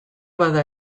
bada